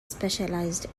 specialized